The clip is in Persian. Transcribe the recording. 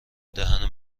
دهن